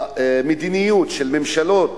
המדיניות של ממשלות